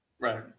right